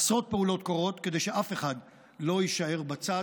עשרות פעולות קורות כדי שאף אחד לא יישאר בצד,